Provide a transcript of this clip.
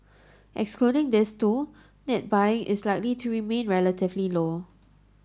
excluding these two net buying is likely to remain relatively low